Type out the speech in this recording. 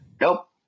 nope